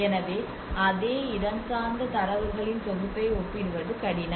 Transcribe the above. எனவே அதே இடஞ்சார்ந்த தரவுகளின் தொகுப்பை ஒப்பிடுவது கடினம்